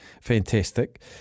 Fantastic